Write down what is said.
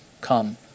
come